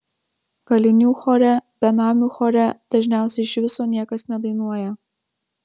kalinių chore benamių chore dažniausiai iš viso niekas nedainuoja